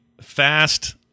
fast